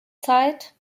zeit